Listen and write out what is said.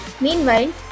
Meanwhile